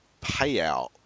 payout